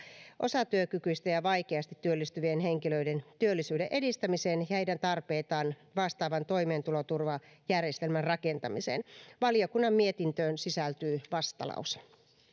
osatyökykyisten ja vaikeasti työllistyvien henkilöiden työllisyyden edistämisen ja heidän tarpeitaan vastaavan toimeentuloturvajärjestelmän rakentamiseen valiokunnan mietintöön sisältyy vastalause